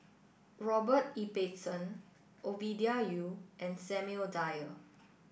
Robert Ibbetson Ovidia Yu and Samuel Dyer